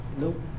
nope